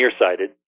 nearsighted